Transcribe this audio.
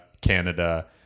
Canada